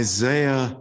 Isaiah